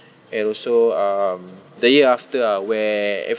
and also um the year after ah where